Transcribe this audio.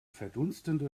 verdunstende